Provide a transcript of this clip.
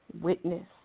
witness